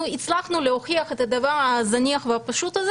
הצלחנו להוכיח את הדבר הזניח והפשוט הזה